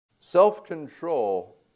Self-control